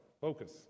Focus